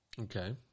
Okay